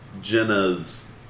Jenna's